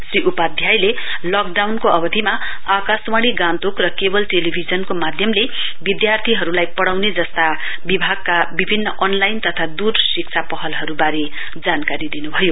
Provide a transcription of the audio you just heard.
श्री उपाद्यायले लकडाउनको अवधिमा आकाशवाणी गान्तोक र केवल टेलीभिजनको माध्यमले विद्यार्थीहरूलाई पढ़ाउने जस्ता विभागका विभिन्न अनलाइन तथा दूरह शिक्षा पहलहरूबारे जानकारी दिनुभयो